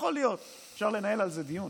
יכול להיות, אפשר לנהל על זה דיון.